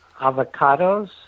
avocados